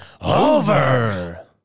over